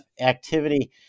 activity